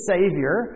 Savior